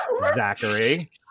Zachary